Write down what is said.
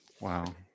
Wow